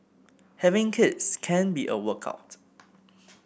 having kids can be a workout